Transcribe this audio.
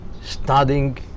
studying